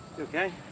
Okay